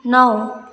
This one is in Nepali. नौ